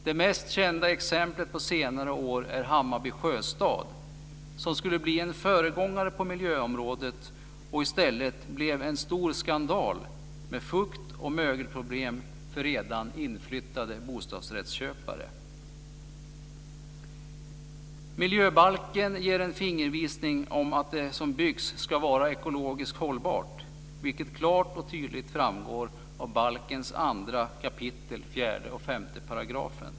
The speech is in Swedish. Det mest kända exemplet på senare år är Hammarby Sjöstad som skulle bli en föregångare på miljöområdet och i stället blev en stor skandal med fukt och mögelproblem för redan inflyttade bostadsrättsköpare. Miljöbalken ger en fingervisning om att det som byggs ska vara ekologiskt hållbart, vilket klart och tydligt framgår av balkens 2 kap. 4 och 5 §§.